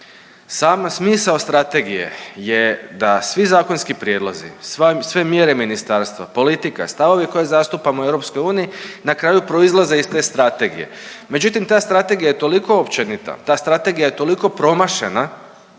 sama smisao strategije je da svi zakonski prijedlozi, sve mjere ministarstva, politika, stavovi koje zastupamo u EU na kraju proizlaze iz te strategije. Međutim, ta strategija je toliko općenita, ta strategija je toliko promašena